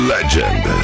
Legend